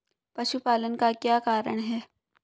पशुपालन का क्या कारण है?